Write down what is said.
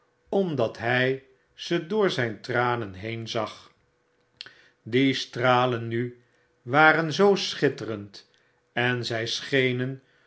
omdat hy ze door zjn tranen heen zag die stralen nu waren zoo sehitterend en zy scbenen